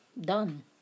done